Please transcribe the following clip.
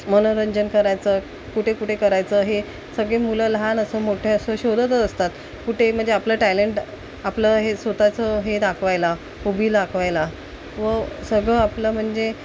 मनोरंजन करायचं कुठे कुठे करायचं हे सगळे मुलं लहान असो मोठे असो शोधतच असतात कुठे म्हणजे आपलं टॅलेंट आपलं हे स्वतःचं हे दाखवायला होबी दाखवायला व सगळं आपलं म्हणजे